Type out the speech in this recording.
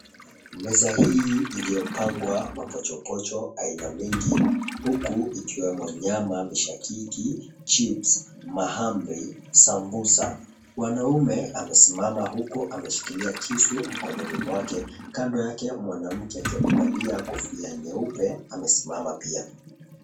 Meza hii iliyopangwa mapochopocho aina mingi huku ikiwemo nyama, mishakiki, chips , mahamri, sambusa. Wanaume wamesimama huku wameshikilia kisu mkononi mwake, kando yake mwanamke akiwa amevalia kofia nyeupe amesimama pia.